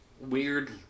weird